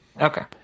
Okay